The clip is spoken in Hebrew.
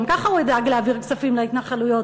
גם ככה הוא ידאג להעביר כספים להתנחלויות,